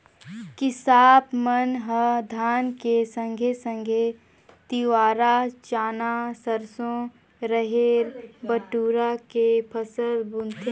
किसाप मन ह धान के संघे संघे तिंवरा, चना, सरसो, रहेर, बटुरा के फसल बुनथें